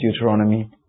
Deuteronomy